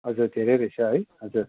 हजुर धेरै रहेछ है हजुर